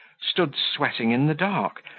stood sweating in the dark,